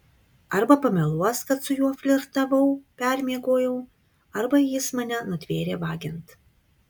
arba pameluos kad su juo flirtavau permiegojau arba jis mane nutvėrė vagiant